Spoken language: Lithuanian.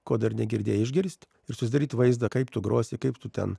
ko dar negirdėjai išgirsti ir susidaryt vaizdą kaip tu grosi kaip tu ten